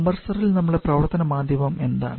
കംപ്രസ്സറിൽ നമ്മുടെ പ്രവർത്തന മാധ്യമം എന്താണ്